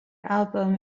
album